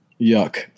Yuck